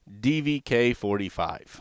DVK45